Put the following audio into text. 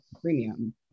premium